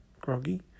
groggy